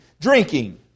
drinking